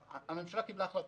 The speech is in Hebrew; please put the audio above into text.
הממשלה קיבלה החלטות.